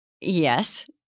Yes